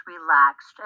relaxed